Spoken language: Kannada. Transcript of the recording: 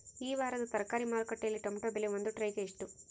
ಈ ವಾರದ ತರಕಾರಿ ಮಾರುಕಟ್ಟೆಯಲ್ಲಿ ಟೊಮೆಟೊ ಬೆಲೆ ಒಂದು ಟ್ರೈ ಗೆ ಎಷ್ಟು?